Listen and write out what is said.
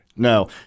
No